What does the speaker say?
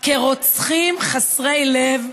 כרוצחים חסרי לב,